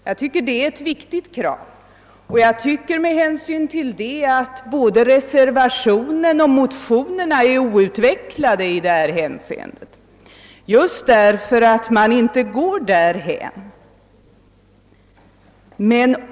Jag tycker att det är ett viktigt krav, och med hänsyn härtill anser jag att både reservationen och motionerna är outvecklade i det avseendet just därför att deras förslag inte leder dit hän.